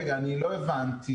אני לא הבנתי.